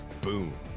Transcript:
boom